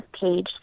page